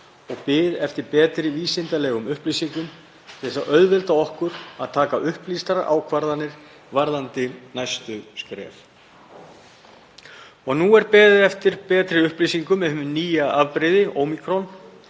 og bið eftir betri vísindalegum upplýsingum til að auðvelda okkur að taka upplýstar ákvarðanir varðandi næstu skref. Nú er beðið eftir betri upplýsingum um hið nýja afbrigði, ómíkron,